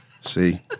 See